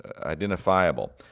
identifiable